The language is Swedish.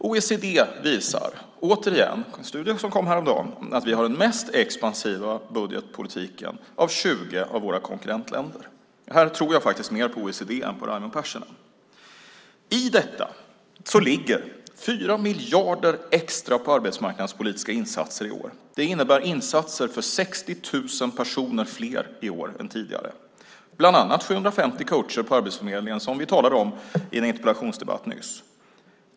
OECD visar i studien som kom häromdagen att vi har den mest expansiva budgetpolitiken av 20 av våra konkurrentländer. Här tror jag mer på OECD än på Raimo Pärssinen. I detta ligger 4 miljarder extra på arbetsmarknadspolitiska insatser i år. Det innebär insatser för 60 000 personer fler i år än tidigare, bland annat de 750 coacher på Arbetsförmedlingen som vi talade om i en interpellationsdebatt nyss.